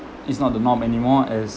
it's not the norm anymore as